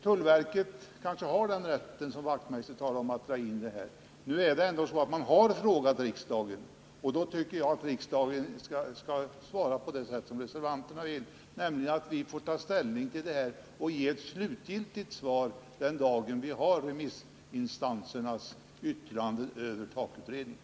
Tullverket har kanske, som herr Wachtmeister sade, rätt att göra dessa indragningar. Men man har ändå frågat riksdagen, och då tycker jag att riksdagen skall svara som reservanterna föreslår, nämligen att vi får ta ställning till detta och ge ett slutgiltigt svar den dag vi har remissinstansernas yttrande över TAK-utredningen.